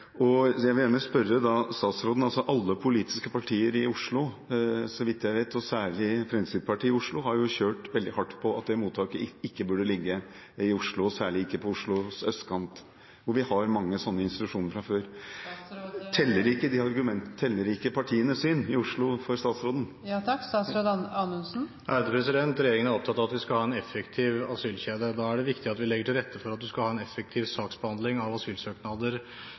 vet – og særlig Fremskrittspartiet i Oslo – har kjørt veldig hardt på at dette mottaket ikke burde ligge i Oslo, og særlig ikke på Oslos østkant, hvor vi har mange slike institusjoner fra før. Jeg vil gjerne spørre statsråden: Teller ikke partiene i Oslos syn for statsråden? Regjeringen er opptatt av at vi skal ha en effektiv asylkjede. Da er det viktig at vi legger til rette for at en skal ha en effektiv saksbehandling av asylsøknader